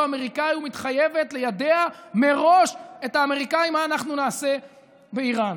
אמריקאי ומתחייבת ליידע מראש את האמריקאים מה אנחנו נעשה באיראן.